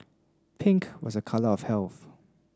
pink was a colour of health